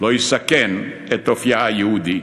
לא יסכן את אופייה היהודי.